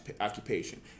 occupation